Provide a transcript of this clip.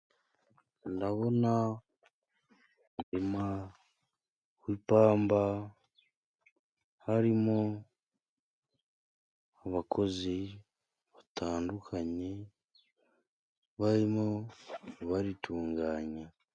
Ndabona umurima w'ipamba harimo abakozi batandukanye barimo baritunganya.